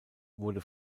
wurde